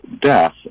death